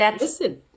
Listen